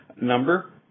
number